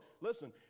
listen